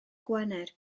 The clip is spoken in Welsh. gwener